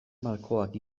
malkoak